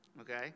Okay